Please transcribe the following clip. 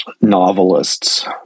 novelists